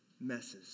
messes